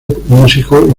músico